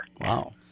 Wow